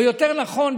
או יותר נכון,